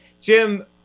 Jim